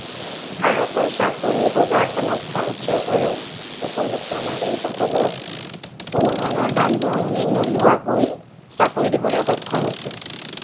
ভাৰতৰ চাকৰি বজাৰখনত ভাৰত চৰকাৰে উপযুক্ত নাগৰীকসকলক কোনো ধৰণৰ দান বৰঙণি নোলোৱাকৈ চাকৰি দিবলৈ সক্ষম হৈছে